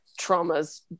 traumas